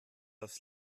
aufs